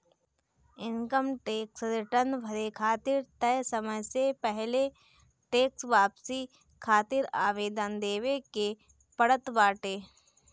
income tax return भरे खातिर तय समय से पहिले टेक्स वापसी खातिर आवेदन देवे के पड़त बाटे